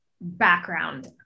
background